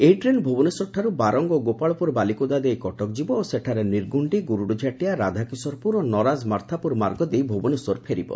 ଏହି ଟ୍ରେନ୍ ଭୁବନେଶ୍ୱରଠାରୁ ବାରଙ୍ଗ ଓ ଗୋପାଳପୁର ବାଲିକୁଦା ଦେଇ କଟକ ଯିବ ଓ ସେଠାରୁ ନିର୍ଗୁଖି ଗୁରୁଡିଝାଟିଆ ରାଧାକିଶୋରପୁର ଓ ନରାକ ମାର୍ଥାପୁର ମାର୍ଗ ଦେଇ ଭୁବନେଶ୍ୱର ଫେରିବ